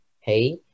hey